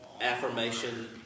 Affirmation